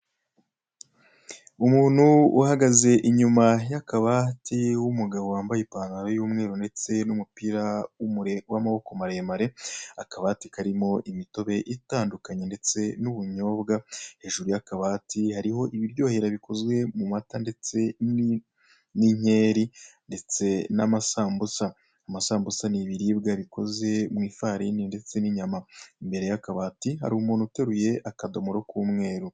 Umuntu uhagaze inyuma y'akabati w'umugabo wambaye ipantaro y'umweru ndetse n'umupira w'amaboko maremare, akabati karimo imitobe itandukanye ndetse n'ubunyobwa, hejuru y'akabati hariho ibiryohera bikoze mu mata ndetse n'inkeri ndetse n'amasambusa. Amasambusa ni ibiribwa bikoze mu ifarini ndetse n'inyama. Imbere y'akabati hari umuntu uteruye akadomoro k'umweru.